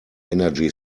energy